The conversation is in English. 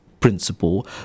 principle